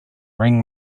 ring